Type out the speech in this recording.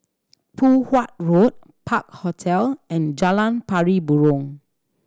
Poh Huat Road Park Hotel and Jalan Pari Burong